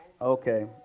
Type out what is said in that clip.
Okay